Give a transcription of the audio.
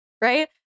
right